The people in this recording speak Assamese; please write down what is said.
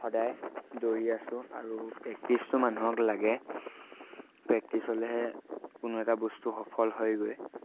সদায় দৌৰি আছোঁ আৰু প্ৰেক্টিচটো মানুহক লাগে প্ৰেক্টিচ হ'লেহে কোনো এটা বস্তু সফল হয়গৈ